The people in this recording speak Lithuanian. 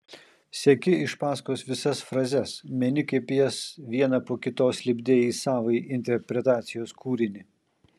seki iš paskos visas frazes meni kaip jas vieną po kitos lipdei į savąjį interpretacijos kūrinį